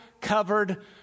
covered